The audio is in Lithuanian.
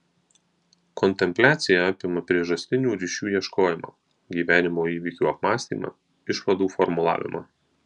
kontempliacija apima priežastinių ryšių ieškojimą gyvenimo įvykių apmąstymą išvadų formulavimą